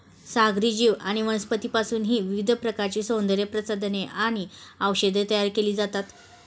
सागरी जीव आणि वनस्पतींपासूनही विविध प्रकारची सौंदर्यप्रसाधने आणि औषधे तयार केली जातात